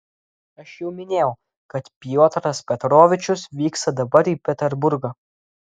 aš jau minėjau kad piotras petrovičius vyksta dabar į peterburgą